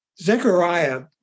Zechariah